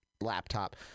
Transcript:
laptop